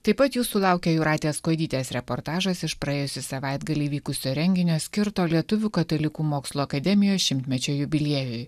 taip pat jūsų laukia jūratės kuodytės reportažas iš praėjusį savaitgalį vykusio renginio skirto lietuvių katalikų mokslo akademijos šimtmečio jubiliejui